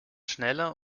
schneller